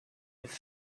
its